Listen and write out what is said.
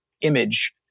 image